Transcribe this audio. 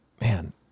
Man